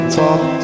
talk